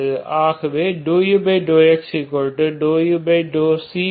ஆகவே ∂u∂x∂u